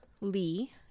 Lee